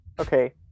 Okay